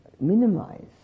minimize